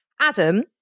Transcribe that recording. Adam